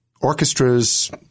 orchestras